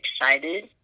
excited